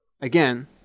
Again